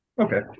Okay